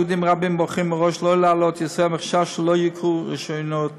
יהודים רבים בוחרים מראש שלא לעלות לישראל מחשש שלא יוכרו רישיונותיהם.